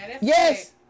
Yes